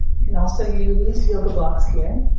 you can also use yoga blocks here.